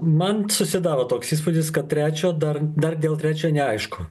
man susidaro toks įspūdis kad trečio dar dar dėl trečio neaišku